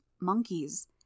monkeys